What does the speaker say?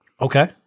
Okay